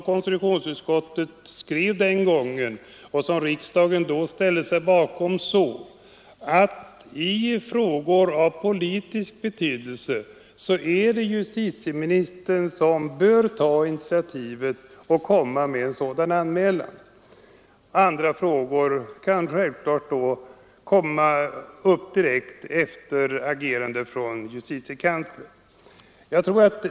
Konstitutionsutskottet skrev den gången — och det ställde sig riksdagen bakom — att det i frågor av politisk betydelse är justitieministern som bör ta initiativet och göra en anmälan. Andra frågor kan naturligtvis tas upp direkt genom justitiekanslerns agerande.